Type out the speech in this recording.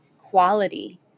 quality